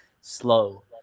slow